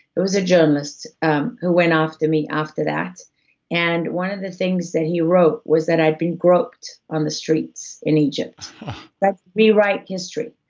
there was a journalist who went after me after that and one of the things that he wrote was that i'd been groped on the streets in egypt let's rewrite history.